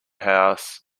house